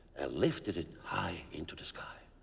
and lifted it high into the sky.